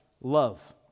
love